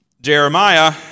Jeremiah